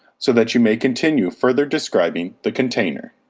so that you may continue further describing the container.